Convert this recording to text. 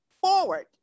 forward